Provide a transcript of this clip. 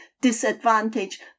disadvantage